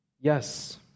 Yes